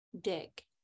dick